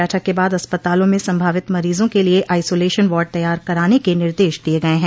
बैठक के बाद अस्पतालों में संभावित मरीजों के लिये आइसोलेशन वाड तैयार कराने के निर्देश दिये गये हैं